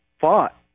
fought